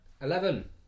Eleven